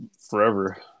forever